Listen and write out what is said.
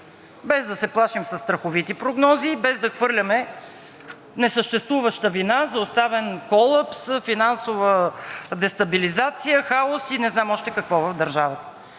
без да се плашим със страховити прогнози и без да хвърляме несъществуваща вина за оставен колапс, финансова дестабилизация, хаос и не знам какво още в държавата.